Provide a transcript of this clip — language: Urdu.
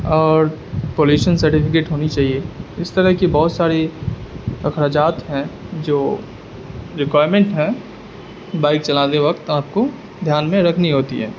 اور پالیوشن سرٹیفکیٹ ہونی چاہیے اس طرح کی بہت سری اخرجات ہیں جو ریکوائرمنٹ ہے بائک چلاتے وقت آپ کو دھیان میں رکھنی ہوتی ہے